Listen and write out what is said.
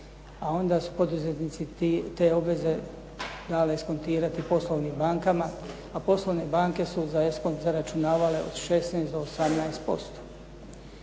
a onda su poduzetnici te obveze dali eskontirati poslovnim bankama, a poslovne banke su za eskont zaračunavale od 16 do 18%.